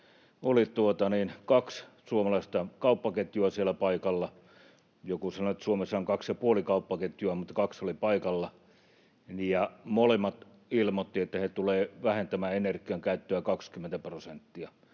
oli kaksi suomalaista kauppaketjua siellä paikalla — joku sanoi, että Suomessa on kaksi ja puoli kauppaketjua, mutta kaksi oli paikalla — ja molemmat ilmoittivat, että he tulevat vähentämään energiankäyttöä 20 prosenttia.